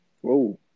Whoa